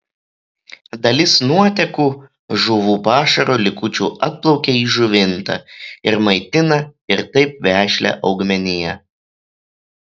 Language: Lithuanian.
dalis nuotekų žuvų pašaro likučių atplaukia į žuvintą ir maitina ir taip vešlią augmeniją